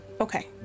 Okay